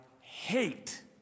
hate